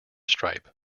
stripe